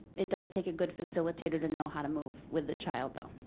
it does take a good facilitator to know how to move with the child though.